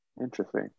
Interesting